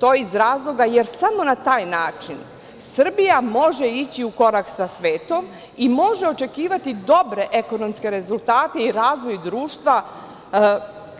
To je iz razloga jer samo na taj način Srbija može ići u korak sa svetom i može očekivati dobre ekonomske rezultate i razvoj društva